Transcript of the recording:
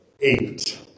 Eight